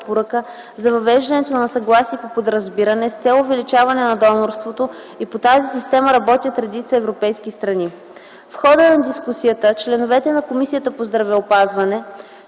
препоръка за въвеждането на „съгласие по подразбиране” с цел увеличаване на донорството и по тази система работят редица европейски страни. В хода на дискусията, членовете на Комисия по здравеопазването